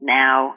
now